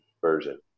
version